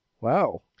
Wow